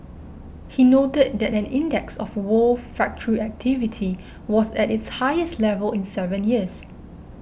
he noted that an index of world factory activity was at its highest level in seven years